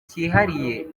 cyihariye